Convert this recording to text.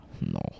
no